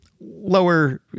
lower